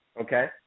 okay